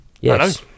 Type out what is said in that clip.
Yes